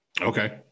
Okay